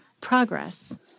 progress